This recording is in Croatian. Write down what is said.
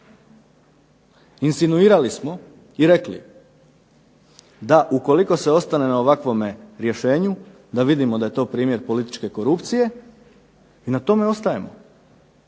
Insinuirali smo i rekli, da ukoliko se ostane na ovakvom rješenju da vidimo da je to primjer političke korupcije i na tome ostajemo.